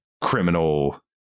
criminal